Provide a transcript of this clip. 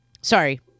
sorry